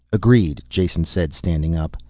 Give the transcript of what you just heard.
agreed, jason said, standing up.